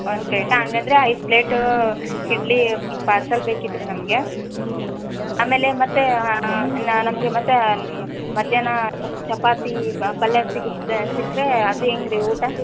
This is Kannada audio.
ಒಂದು ಪ್ಲೇಟಾ ಹಂಗಂದ್ರೆ ಐದು ಪ್ಲೇಟೂ ಇಡ್ಲಿ ಪಾರ್ಸಲ್ ಬೇಕಿತ್ತು ರೀ ನಮಗೆ ಆಮೇಲೆ ಮತ್ತು ನಮಗೆ ಮತ್ತು ಮಧ್ಯಾಹ್ನ ಚಪ್ ಚಪಾತಿ ಪಲ್ಯ ಸಿಗುತ್ತೆ ಸಿಕ್ಕರೆ ಅದು ಹೆಂಗೆ ರೀ ಊಟ